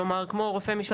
כמו רופא משפחה.